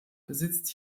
besitzt